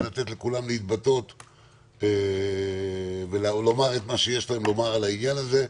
לתת לכולם להתבטא ולומר את מה שיש להם לומר על העניין הזה.